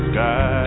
Sky